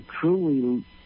truly